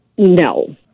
No